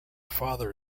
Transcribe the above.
father